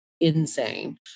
insane